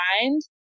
mind